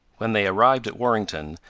when they arrived at warrington,